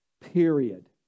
period